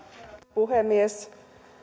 puhemies